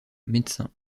médecin